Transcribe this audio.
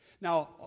Now